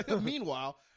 Meanwhile